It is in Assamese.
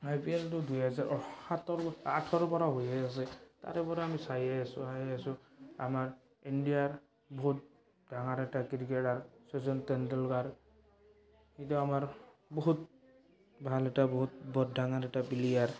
আই পি এলটো দুহেজাৰ সাতৰ আঠৰ পৰা হৈয়ে আছে তাৰে পৰা আমি চায়েই আছোঁ চায়ে আছোঁ আমাৰ ইণ্ডিয়াৰ বহুত ডাঙৰ এটা ক্ৰিকেটাৰ শচীন টেণ্ডুলকাৰ এইটো আমাৰ বহুত ভাল এটা বহুত বৰ ডাঙৰ এটা প্লেয়াৰ